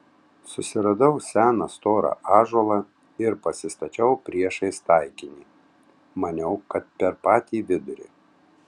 susiradau seną storą ąžuolą ir pasistačiau priešais taikinį maniau kad per patį vidurį